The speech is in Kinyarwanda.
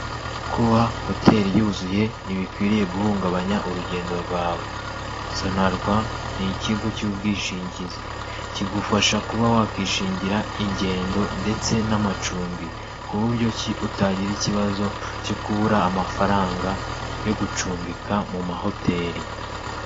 Kuba hoteri yuzuye ntibikwiriye guhungabanya urugendo rwawe, sonarwa n'ikigo cy'ubwishingizi, kigufasha kuba wakishingira ingendo ndetse n'amacumbi k'uburyo ki utagira ikibazo cyo kubura amafaranga yo gucumbika mu mahoteri.